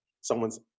someone's